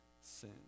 sin